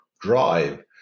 drive